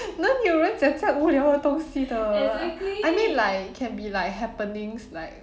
哪里有人讲这样无聊的东西的 lah I mean like can be like happenings like